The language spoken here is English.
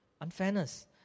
unfairness